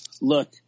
look